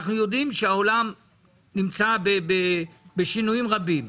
אנחנו יודעים שהעולם נמצא בשינויים רבים,